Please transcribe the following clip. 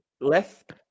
left